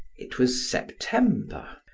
it was september.